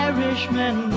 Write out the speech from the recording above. Irishmen